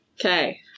Okay